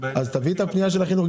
המחיר לא משתנה.